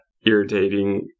irritating